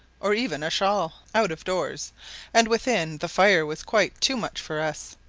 or even shawl, out of doors and within, the fire was quite too much for us.